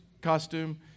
costume